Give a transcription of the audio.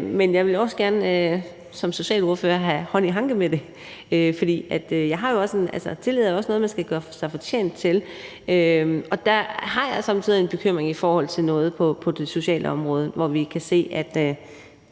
men jeg vil som socialordfører også gerne have hånd i hanke med det. For tillid er jo også noget, man skal gøre sig fortjent til, og der har jeg somme tider en bekymring i forhold til noget på socialområdet,